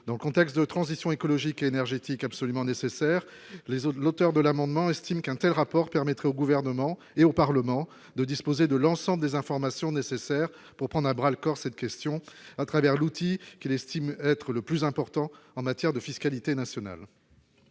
dans le contexte de transition écologique et énergétique absolument nécessaire, les autres, l'auteur de l'amendement estime qu'Intel rapport permettrait au gouvernement et au Parlement de disposer de l'ensemble des informations nécessaires pour prendre à bras-le-corps cette question à travers l'outil qu'il estime être le plus important en matière de fiscalité nationale.